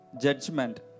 judgment